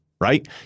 right